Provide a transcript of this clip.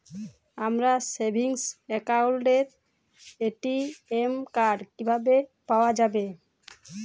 আমার সেভিংস অ্যাকাউন্টের ATM card কিভাবে পাওয়া যাবে?